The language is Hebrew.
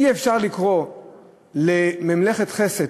אי-אפשר לקרוא לממלכת חסד,